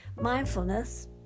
Mindfulness